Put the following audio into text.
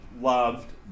loved